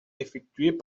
effectuées